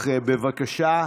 החד-פעמי,